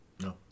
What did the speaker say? No